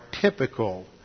typical